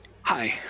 Hi